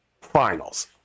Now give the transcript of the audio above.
finals